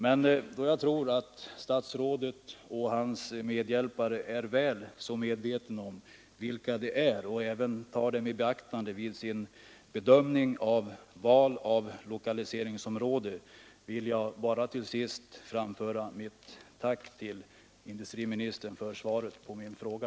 Men då jag tror att statsrådet och hans medhjälpare är väl så medvetna om vilka det är och även tar dem i beaktande vid sin bedömning och sitt val av lokaliseringsområde, vill jag bara till sist framföra mitt tack till industriministern för svaret på min fråga.